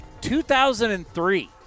2003